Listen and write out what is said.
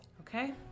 Okay